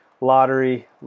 lottery